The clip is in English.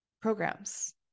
programs